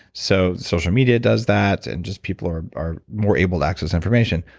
so, social media does that, and just people are are more able to access information.